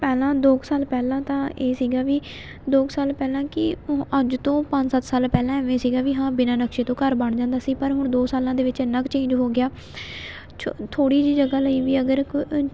ਪਹਿਲਾਂ ਦੋ ਕੁ ਸਾਲ ਪਹਿਲਾਂ ਤਾਂ ਇਹ ਸੀਗਾ ਵੀ ਦੋ ਕੁ ਸਾਲ ਪਹਿਲਾਂ ਕਿ ਉਹ ਅੱਜ ਤੋਂ ਪੰਜ ਸੱਤ ਸਾਲ ਪਹਿਲਾਂ ਐਵੇਂ ਸੀਗਾ ਵੀ ਹਾਂ ਬਿਨਾਂ ਨਕਸ਼ੇ ਤੋਂ ਘਰ ਬਣ ਜਾਂਦਾ ਸੀ ਪਰ ਹੁਣ ਦੋ ਸਾਲਾਂ ਦੇ ਵਿੱਚ ਇੰਨਾਂ ਕੁ ਚੇਂਜ ਹੋ ਗਿਆ ਛ ਥੋੜ੍ਹੀ ਜਿਹੀ ਜਗ੍ਹਾ ਲਈ ਵੀ ਅਗਰ ਕੋ